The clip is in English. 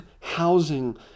housing